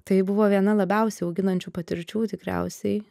tai buvo viena labiausiai auginančių patirčių tikriausiai